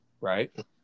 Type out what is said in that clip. right